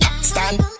stand